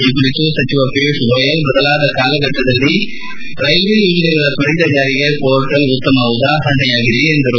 ಈ ಕುರಿತು ಸಚಿವ ಪಿಯೂಷ್ ಗೋಯಲ್ ಬದಲಾದ ಕಾಲಘಟ್ಟದಲ್ಲಿ ರೈಲ್ವೆ ಯೋಜನೆಗಳ ತ್ವರಿತ ಜಾರಿಗೆ ಮೋರ್ಟಲ್ ಉತ್ಸಮ ಉದಾಹರಣೆಯಾಗಿದೆ ಎಂದರು